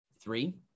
Three